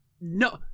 No